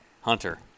hunter